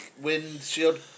Windshield